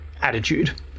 attitude